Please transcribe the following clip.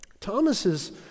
Thomas's